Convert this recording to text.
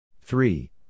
Three